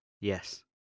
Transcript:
yes